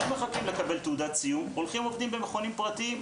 לא מחכים לקבל תעודת סיום והולכים לעבוד במכונים פרטיים.